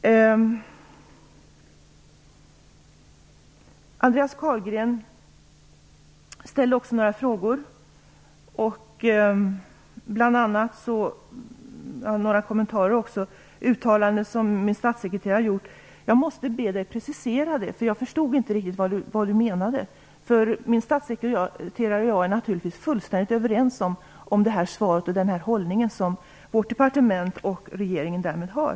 Andreas Carlgren ställde också några frågor och gjorde några kommentarer. Det gällde bl.a. ett uttalande som min statssekreterare har gjort. Jag måste be Andreas Carlgren precisera det, eftersom jag inte riktigt förstod vad han menade. Min statssekreterare och jag är naturligtvis helt överens om det här svaret och den här hållningen som vårt departement och regeringen därmed har.